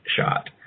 shot